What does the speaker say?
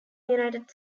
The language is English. united